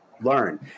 learn